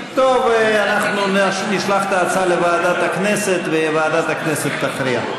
טוב אנחנו נשלח את ההצעה לוועדת הכנסת וועדת הכנסת תכריע.